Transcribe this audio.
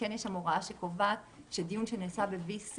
שיש שם הוראה שקובעת שדיון שנעשה ב-VC